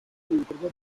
ibikorwa